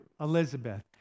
Elizabeth